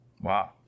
Wow